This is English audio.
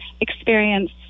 experience